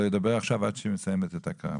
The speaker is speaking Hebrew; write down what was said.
ידבר עכשיו עד שהיא מסיימת את ההקראה.